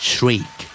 Shriek